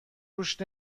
روش